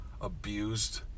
abused